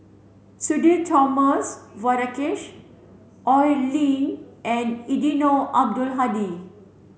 Sudhir Thomas Vadaketh Oi Lin and Eddino Abdul Hadi